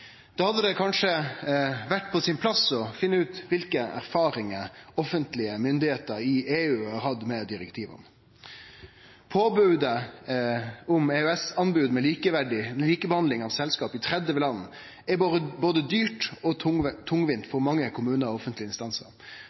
Da hadde det kanskje vore på sin plass å finne ut kva erfaringar offentlege myndigheiter i EU har hatt med direktiva. Påbodet om EØS-anbod med likebehandling av selskap i 30 land er både dyrt og tungvint for mange kommunar og offentlege instansar.